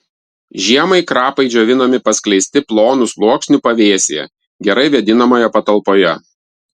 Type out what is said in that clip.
žiemai krapai džiovinami paskleisti plonu sluoksniu pavėsyje gerai vėdinamoje patalpoje